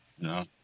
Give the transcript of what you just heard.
No